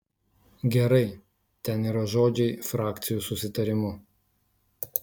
gerai ten yra žodžiai frakcijų susitarimu